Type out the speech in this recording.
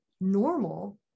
normal